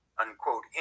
unquote